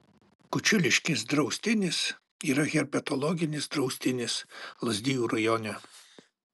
kučiuliškės draustinis yra herpetologinis draustinis lazdijų rajone